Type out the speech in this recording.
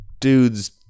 dude's